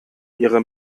ihre